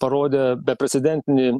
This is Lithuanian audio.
parodė beprecedentinį